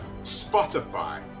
spotify